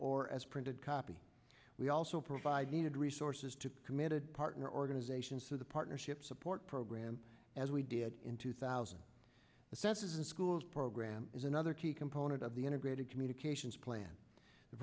or as printed copy we also provide needed resources to committed partner organizations to the partnership support program as we did in two thousand the census in schools program is another key component of the integrated communications plan the